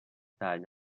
tall